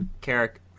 Carrick